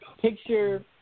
Picture